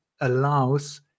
allows